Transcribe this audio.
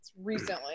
recently